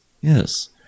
Yes